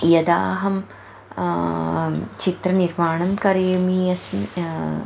यदा अहं चित्रनिर्माणं करोमी अस्मि